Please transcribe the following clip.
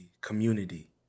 community